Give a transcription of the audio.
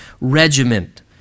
regiment